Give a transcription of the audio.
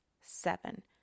seven